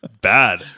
bad